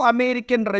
American